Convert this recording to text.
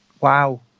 wow